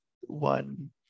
one